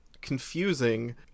confusing